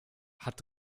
hat